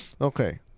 Okay